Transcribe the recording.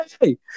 hey